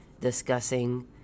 discussing